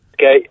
Okay